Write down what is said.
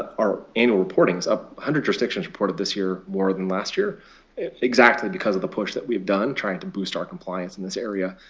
our annual reporting's up. one hundred jurisdictions reported this year more than last year exactly because of the push that we have done trying to boost our compliance in this area.